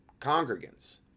congregants